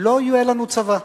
לא יהיה לנו צבא.